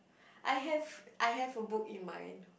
I have I have a book in mind